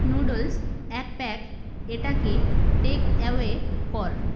noodles এক pack এটাকে take away কর